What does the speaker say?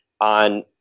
on